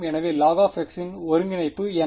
எனவே log இன் ஒருங்கிணைப்பு என்ன